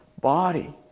body